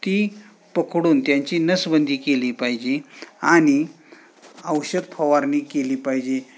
ती पकडून त्यांची नसबंदी केली पाहिजे आणि औषध फवारणी केली पाहिजे